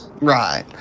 Right